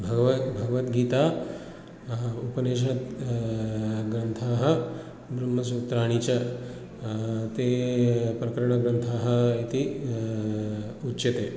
भव भगवद्गीता उपनिषद्ग्रन्थाः ब्रह्मसूत्राणि च ते प्रकरणग्रन्थाः इति उच्यते